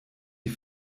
die